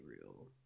real